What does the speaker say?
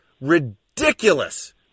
ridiculous